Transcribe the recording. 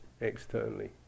externally